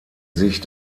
sich